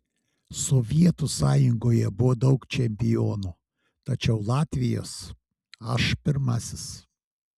sovietų sąjungoje buvo daug čempionų tačiau latvijos aš pirmasis